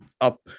up